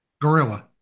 Gorilla